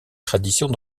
traditions